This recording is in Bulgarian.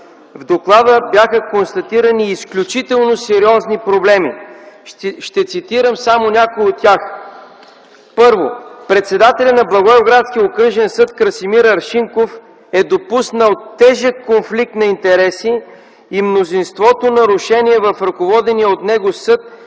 В доклада бяха констатирани изключително сериозни проблеми. Ще цитирам само някои от тях. Първо, председателят на Благоевградския окръжен съд Красимир Аршинков е допуснал тежък конфликт на интереси и множество нарушения в ръководения от него съд